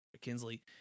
kinsley